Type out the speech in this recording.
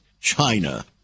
China